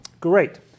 Great